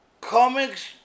comics